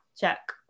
check